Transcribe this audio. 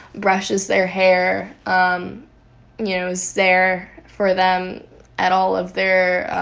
brushes their hair, um you know, is there for them at all of their,